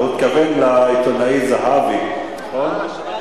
הוא התכוון לעיתונאי זהבי, נכון?